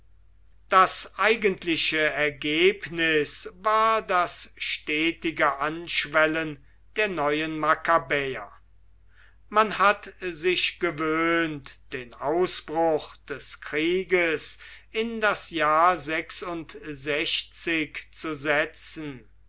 das eigentliche ergebnis war das stetige anschwellen der neuen makkabäer man hat sich gewöhnt den ausbruch des krieges in das jahr zu setzen